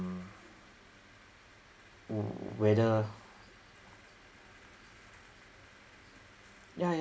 mm whether yeah yeah